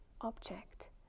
object